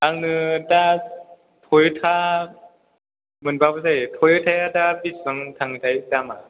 आंनो दा टय'टा मोनबाबो जायो टय'टाया दा बेसेबां थाङोथाय दामा